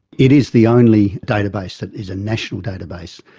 it is the only database that is a national database,